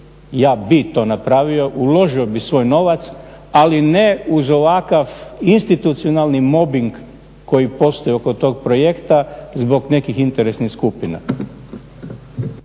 ja bih to napravio, uložio bih svoj novac ali ne uz ovakav institucionalni mobing koji postoji oko tog projekta zbog nekih interesnih skupina.